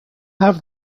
have